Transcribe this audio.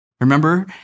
Remember